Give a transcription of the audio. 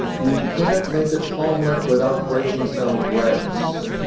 you can't make a tall omelet without breaking some greggs.